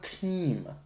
team